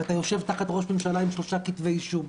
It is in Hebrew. ואתה יושב תחת ראש ממשלה עם שלושה כתבי אישום.